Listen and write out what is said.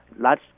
large